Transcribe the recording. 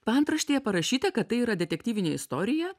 paantraštėje parašyta kad tai yra detektyvinė istorija